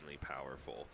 powerful